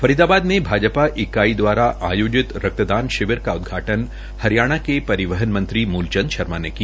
फरीदाबाद में आज बीजेपी इकाई द्वारा आयोजित रक्तदान शिविर का उदघाटन हरियाणा के परिवहन मंत्री मूलचंद शर्मा ने किया